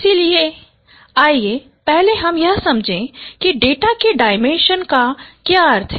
इसलिए आइए पहले हम यह समझें कि डेटा के डायमेंशन का क्या अर्थ है